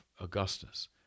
Augustus